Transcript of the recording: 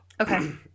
Okay